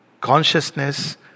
consciousness